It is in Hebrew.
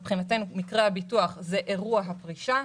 מבחינתנו מקרה הביטוח הוא אירוע הפרישה,